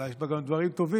אולי יש בה גם דברים טובים?